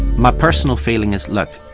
my personal feeling is, look,